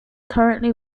currently